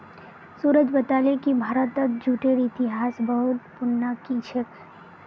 सूरज बताले कि भारतत जूटेर इतिहास बहुत पुनना कि छेक